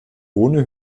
ohne